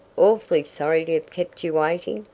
awfully sorry to have kept you waiting,